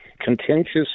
contentious